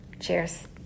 Cheers